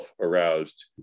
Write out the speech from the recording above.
aroused